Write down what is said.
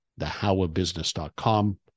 thehowofbusiness.com